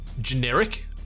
generic